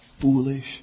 foolish